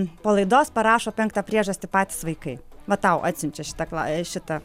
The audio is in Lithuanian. po laidos parašo penktą priežastį patys vaikai va tau atsiunčia šitą kla šitą